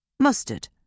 Mustard